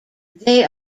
they